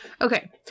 Okay